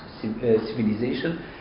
civilization